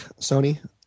Sony